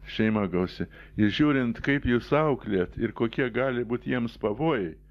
šeima gausi ir žiūrint kaip jūs auklėjat ir kokie gali būt jiems pavojai